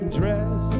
dress